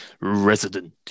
Resident